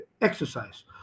exercise